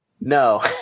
No